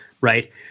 Right